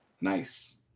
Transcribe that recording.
Nice